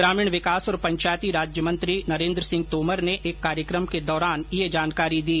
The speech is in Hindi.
ग्रामीण विकास और पंचायती राज्य मंत्री नरेन्द्र सिंह तोमर ने एक कार्यक्रम के दौरान यह जानकारी दी